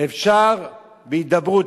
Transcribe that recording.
אפשר בהידברות.